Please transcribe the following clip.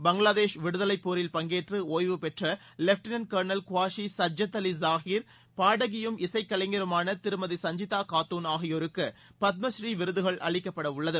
பங்களாதேஷ் விடுதலை போரில் பங்கேற்று ஒய்வு பெற்ற வெப்டினன்ட் கர்னல் குவாஷி சஜத் அலி ஸாஹிர் பாடகியும் இசைக்கலைஞருமானதிருமதி சஞ்சிதா காத்தான் ஆகியோருக்கு பத்மஸ்ரீ விருதுகள் அளிக்கப்படவுள்ளது